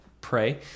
pray